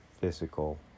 physical